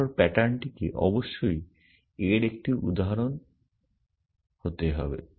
তারপর প্যাটার্নটিকে অবশ্যই এর একটি উদাহরণ হতে হবে